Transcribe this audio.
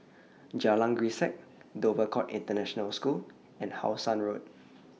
Jalan Grisek Dover Court International School and How Sun Road